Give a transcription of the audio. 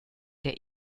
der